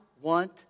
want